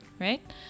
right